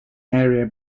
area